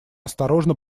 осторожно